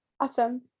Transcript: Awesome